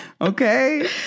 Okay